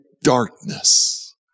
darkness